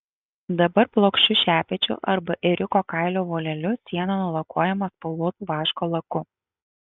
dabar plokščiu šepečiu arba ėriuko kailio voleliu siena nulakuojama spalvotu vaško laku